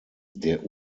der